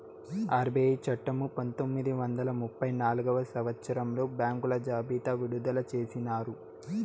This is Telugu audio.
ఆర్బీఐ చట్టము పంతొమ్మిది వందల ముప్పై నాల్గవ సంవచ్చరంలో బ్యాంకుల జాబితా విడుదల చేసినారు